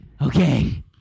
Okay